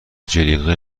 جلیقه